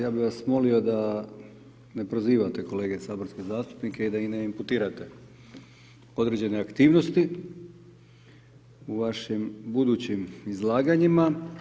Ja bih vas molio da ne prozivate kolege Saborske zastupnike i da im ne inputirate određene aktivnosti u vašim budućim izlaganjima.